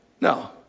No